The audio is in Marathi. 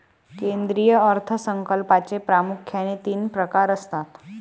केंद्रीय अर्थ संकल्पाचे प्रामुख्याने तीन प्रकार असतात